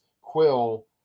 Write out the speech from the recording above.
Quill